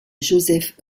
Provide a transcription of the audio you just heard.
joseph